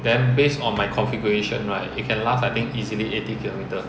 then based on my configuration right it can last I think easily eighty kilometers